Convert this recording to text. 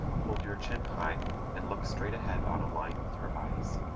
hold your chin high and look straight ahead on a line with your eyes.